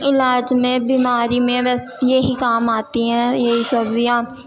علاج میں بیماری میں بس یہی کام آتی ہیں یہی سبزیاں